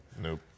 Nope